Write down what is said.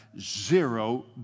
zero